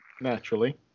Naturally